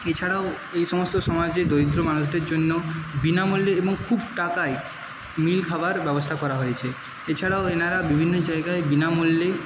এছাড়াও এই সমস্ত সমাজে দরিদ্র মানুষদের জন্য বিনামূল্যে এবং খুব টাকায় মিল খাবার ব্যবস্থা করা হয়েছে এছাড়াও এনারা বিভিন্ন জায়গায় বিনামূল্যে